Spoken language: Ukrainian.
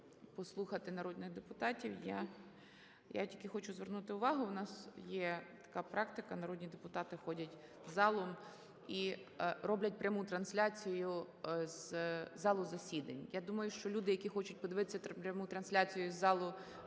Я думаю, що люди, які хочуть подивитися пряму трансляцію з залу,